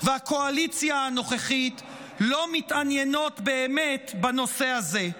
והקואליציה הנוכחית לא מתעניינות באמת בנושא הזה.